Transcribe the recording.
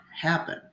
happen